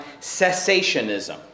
cessationism